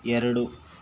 ಎರಡು